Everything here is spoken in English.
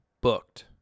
booked